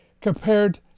compared